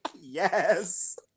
Yes